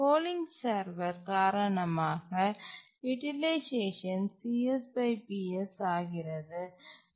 polling server காரணமாக utilisation ஆகிறது